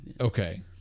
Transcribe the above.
Okay